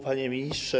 Panie Ministrze!